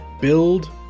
build